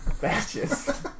batches